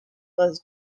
was